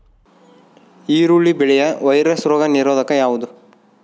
ಈರುಳ್ಳಿ ಬೆಳೆಯ ವೈರಸ್ ರೋಗ ನಿರೋಧಕ ಯಾವುದು?